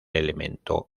elemento